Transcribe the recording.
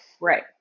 right